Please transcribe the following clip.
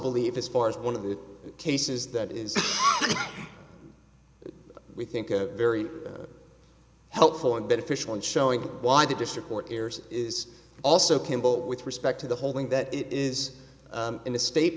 believe as far as one of the cases that is we think a very helpful and beneficial in showing why the district court cares is also campbell with respect to the holding that it is in a state